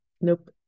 nope